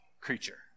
creature